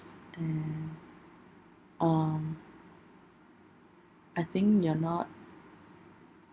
and um I think you're not